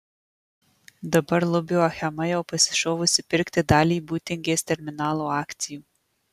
dabar lubio achema jau pasišovusi pirkti dalį būtingės terminalo akcijų